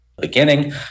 beginning